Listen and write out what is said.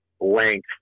length